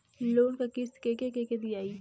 Loan क किस्त के के दियाई?